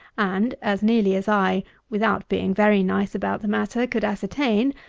and, as nearly as i, without being very nice about the matter, could ascertain,